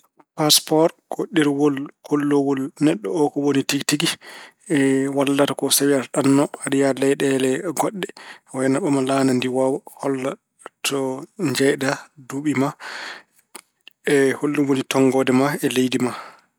Paspoor ko ɗerewol kolloowol neɗɗo neɗɗo o woni tigi tigi. wallata so tawi aɗa ɗanno, aɗa leyɗeele goɗɗe wayno aɗa ɓama laana ndiwoowa. Holla to njeyaɗa, duuɓi ma, e hollum woni tonngoode ma e leydi ma.